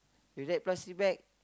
with that plastic bag